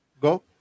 go